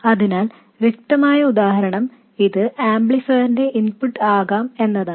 അതിനാൽ വ്യക്തമായ ഉദാഹരണം ഇത് ആംപ്ലിഫയറിന്റെ ഇൻപുട്ട് ആകാം എന്നതാണ്